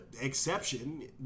exception